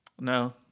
No